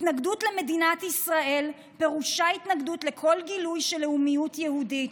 התנגדות למדינת ישראל פירושה התנגדות לכל גילוי של לאומיות יהודית.